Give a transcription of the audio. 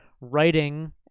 writing